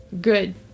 Good